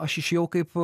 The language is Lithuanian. aš išėjau kaip